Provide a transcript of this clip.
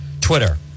Twitter